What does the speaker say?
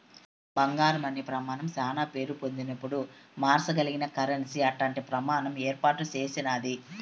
బంగారం అనే ప్రమానం శానా పేరు పొందినపుడు మార్సగలిగిన కరెన్సీ అట్టాంటి ప్రమాణం ఏర్పాటు చేసినాది